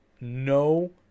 no